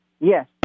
Yes